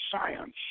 science